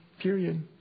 period